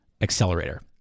accelerator